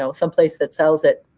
so someplace that sells it